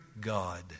God